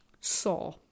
Saw